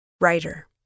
Writer